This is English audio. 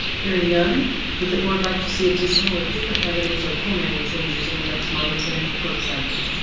hearing none with the board like to see additional or different evidence or formatting changes in the next monitoring report cycle.